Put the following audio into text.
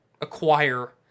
acquire